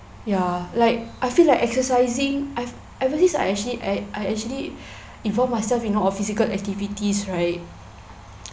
ya like I feel like exercising I I believe I actually I I actually involve myself you know of physical activities right